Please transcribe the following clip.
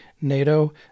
NATO